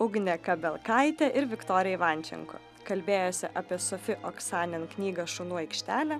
ugnė kabelkaitė ir viktorija ivančenko kalbėjosi apie sofi oksanen knygą šunų aikštelė